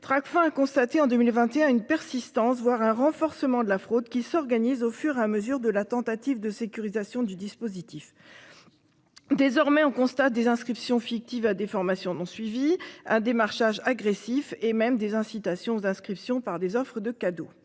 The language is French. Tracfin constaté en 2021 une persistance voire un renforcement de la fraude qui s'organisent au fur et à mesure de la tentative de sécurisation du dispositif. Désormais, on constate des inscriptions fictives à des formations non suivi un démarchage agressif et même des incitations d'inscription par des offres de cadeaux.